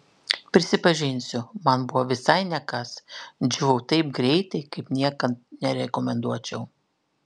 prisipažinsiu man buvo visai ne kas džiūvau taip greitai kaip niekam nerekomenduočiau